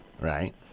Right